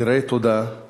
אסירי תודה על